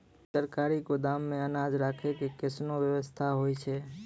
सरकारी गोदाम मे अनाज राखै के कैसनौ वयवस्था होय छै?